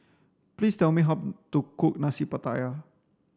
please tell me how to cook nasi pattaya